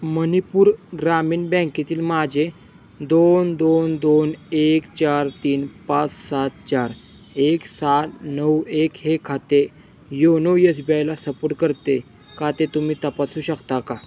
मणिपूर ग्रामीण बँकेतील माझे दोन दोन दोन एक चार तीन पाच सात चार एक सात नऊ एक हे खाते योनो यस बी आयला सपोर्ट करते का ते तुम्ही तपासू शकता का